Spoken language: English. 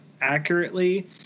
accurately